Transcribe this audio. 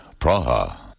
Praha